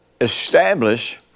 establish